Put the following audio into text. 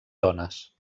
dones